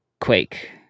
Quake